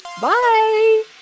bye